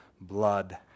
Blood